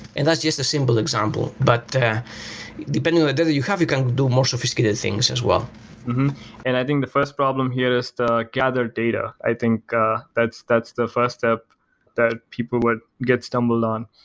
and that's just a simple example, but depending on the data you have, you can do more sophisticated things as well and i think the first problem here is the gathered data. i think that's that's the first step that people would get stumbled on.